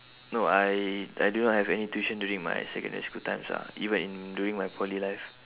no I I do not have any tuition during my secondary school times ah even in during my poly life